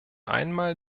einmal